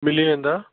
मिली वेंदा